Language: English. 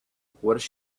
what